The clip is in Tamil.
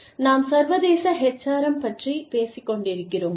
நாம் சர்வதேச HRM பற்றி பேசிக் கொண்டிருக்கிறோம்